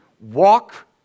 walk